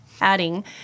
adding